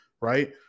right